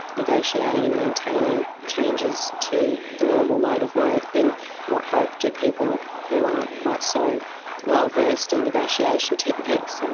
negotiating and maintaining changes to the normal mode of work, then what hope do people who aren't quite so well versed in negotiation techniques,